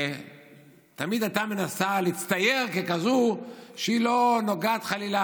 שתמיד הייתה מנסה להצטייר ככזאת שהיא לא נוגעת חלילה